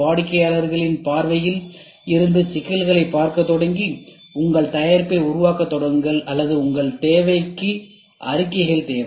வாடிக்கையாளர்களின் பார்வையில் இருந்து சிக்கலைப் பார்க்கத் தொடங்கி உங்கள் தயாரிப்பை உருவாக்கத் தொடங்குங்கள் அல்லது உங்கள் தேவைகளுக்கு அறிக்கைகள் தேவை